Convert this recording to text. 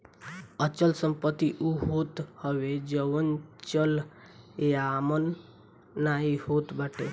अचल संपत्ति उ होत हवे जवन चलयमान नाइ होत बाटे